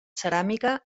ceràmica